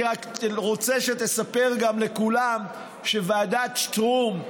אני רק רוצה שתספר לכולם שוועדת שטרום,